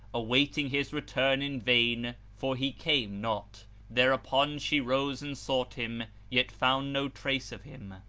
awaiting his return in vain for he came not thereupon she rose and sought him, yet found no trace of him.